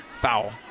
Foul